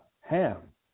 ham